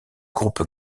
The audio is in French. groupe